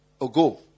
Ago